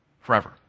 forever